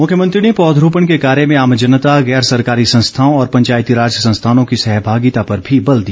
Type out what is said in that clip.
मुख्यमंत्री ने पौधरोपण के कार्य में आम जनता गैर सरकारी संस्थाओं और पंचायती राज संस्थानों की सहभागिता पर भी बल दिया